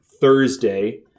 Thursday